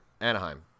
Anaheim